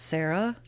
Sarah